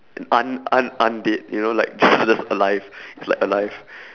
un~ un~ undead you know like j~ j~ just alive it's like alive